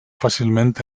fàcilment